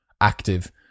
active